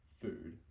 food